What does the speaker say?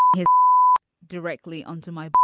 his directly onto my.